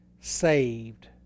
saved